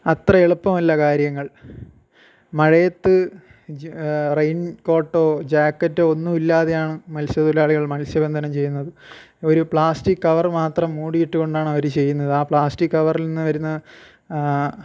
അത്ര എളുപ്പമല്ല കാര്യങ്ങൾ മഴയത്ത് റൈൻ കോട്ടോ ജാക്കറ്റോ ഒന്നുമില്ലാതെയാണ് മത്സ്യത്തൊഴിലാളികൾ മത്സ്യ ബന്ധനം ചെയ്യുന്നത് ഒരു പ്ലാസ്റ്റിക്ക് കവർ മാത്രം മൂടിയിട്ട് കൊണ്ടാണവർ ചെയ്യുന്നത് ആ പ്ലാസ്റ്റിക്ക് കവറിൽ നിന്ന് വരുന്ന